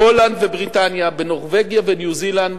בהולנד ובריטניה, בנורבגיה ובניו-זילנד